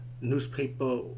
newspaper